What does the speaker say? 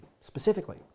specifically